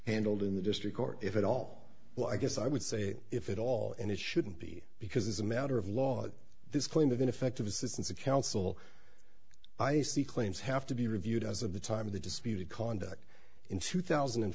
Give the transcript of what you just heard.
handled in the district court if at all well i guess i would say if it all and it shouldn't be because as a matter of law at this point of ineffective assistance of counsel i see claims have to be reviewed as of the time of the disputed conduct in two thousand and